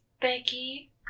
Becky